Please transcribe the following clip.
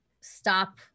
stop